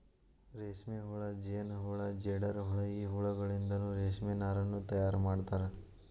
ರೇಷ್ಮೆಹುಳ ಜೇನಹುಳ ಜೇಡರಹುಳ ಈ ಹುಳಗಳಿಂದನು ರೇಷ್ಮೆ ನಾರನ್ನು ತಯಾರ್ ಮಾಡ್ತಾರ